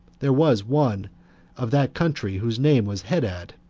there was one of that country whose name was hadad,